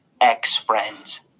Ex-friends